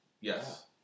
Yes